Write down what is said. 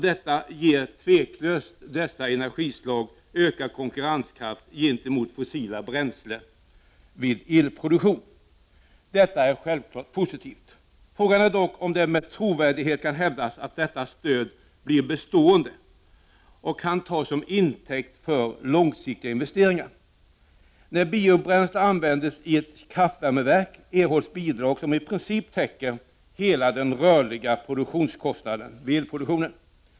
Detta ger otvivelaktigt dessa energislag ökad konkurrenskraft gentemot fossila bränslen vid elproduktion. Detta är självfallet positivt. Frågan är dock om det med trovärdighet kan hävdas att detta stöd blir bestående och kan tas som intäkt för långsiktiga investeringar. När biobränslen används i ett kraftvärmeverk erhålls bidrag som i princip täcker hela den rörliga kostnaden för elproduktionen.